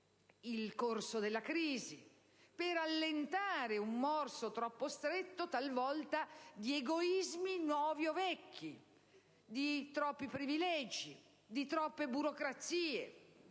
il corso della crisi, per allentare il morso talvolta troppo stretto di egoismi nuovi o vecchi, di troppi privilegi, di troppe burocrazie.